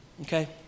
okay